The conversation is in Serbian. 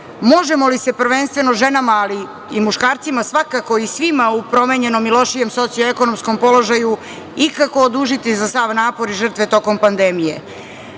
Možemo li se, prvenstveno ženama, ali i muškarcima, svakako i svima u promenjenom i lošijem socijalno-ekonomskom položaju, ikako odužiti za sav napor i žrtve tokom pandemije?